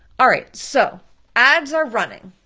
all right, so ads are running,